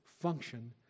function